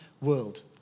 world